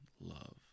love